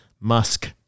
Musk